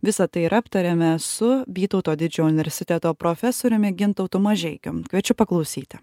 visa tai ir aptarėme su vytauto didžiojo universiteto profesoriumi gintautu mažeikiu kviečiu paklausyti